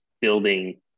building